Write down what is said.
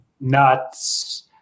nuts